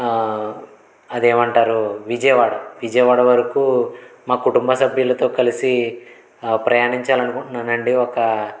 అదేమంటారు విజయవాడ విజయవాడ వరకు మా కుటుంబ సభ్యులతో కలిసి ప్రయాణించాలి అనుకుంటున్నానండి ఒకా